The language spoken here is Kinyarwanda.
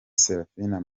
serafina